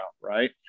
right